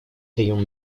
crayon